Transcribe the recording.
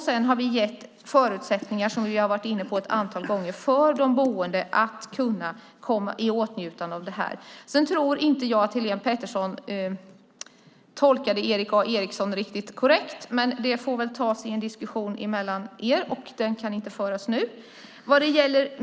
Sedan har vi gett förutsättningar för de boende att komma i åtnjutande av detta. Jag tror inte att Helén Pettersson i Umeå tolkade Erik A Eriksson riktigt rätt, men det får väl tas upp i en diskussion mellan er båda. Den kan inte föras nu.